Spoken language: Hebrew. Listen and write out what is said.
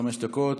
חמש דקות,